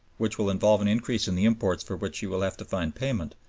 which will involve an increase in the imports for which she will have to find payment,